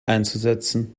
einzusetzen